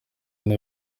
ine